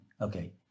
Okay